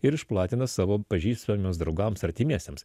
ir išplatina savo pažįstamiems draugams artimiesiems